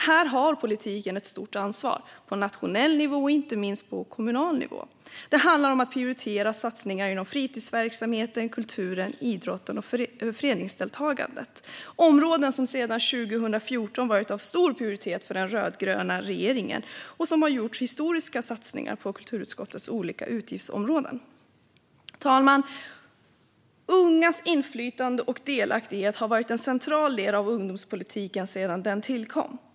Här har politiken ett stort ansvar, på nationell nivå och inte minst på kommunal nivå. Det handlar om att prioritera satsningar inom fritidsverksamheten, kulturen, idrotten och föreningsdeltagandet. Det är områden som sedan 2014 varit av stor prioritet för den rödgröna regeringen, som har gjort historiska satsningar på kulturutskottets olika utgiftsområden. Fru talman! Ungas inflytande och delaktighet har varit en central del av ungdomspolitiken sedan den tillkom.